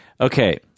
Okay